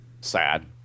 sad